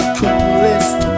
coolest